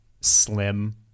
slim